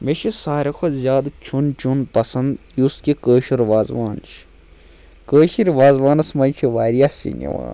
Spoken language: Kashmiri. مےٚ چھِ ساروی کھۄتہٕ زیادٕ کھیوٚن چیوٚن پَسنٛد یُس کہِ کٲشُر وازوان چھِ کٲشِر وازوانَس منٛز چھِ واریاہ سِنۍ یِوان